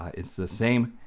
it's the same